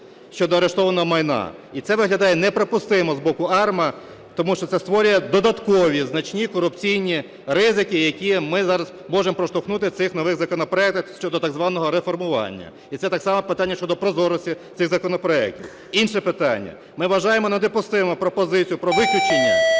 щодо арештованого майна. І це виглядає неприпустимо збоку АРМА, тому що це створює додаткові значні корупційні ризики, які ми зараз можемо проштовхнути в цих нових законопроектах щодо так званого реформування. І це так само питання щодо прозорості цих законопроектів. Інше питання. Ми вважаємо недопустимим пропозицію про виключення